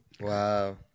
wow